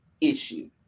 issue